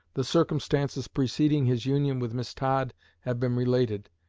the circumstances preceding his union with miss todd have been related.